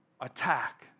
attack